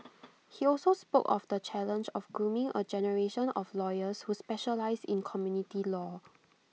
he also spoke of the challenge of grooming A generation of lawyers who specialise in community law